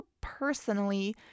personally